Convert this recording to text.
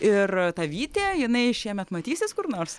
ir ta vytė jinai šiemet matysis kur nors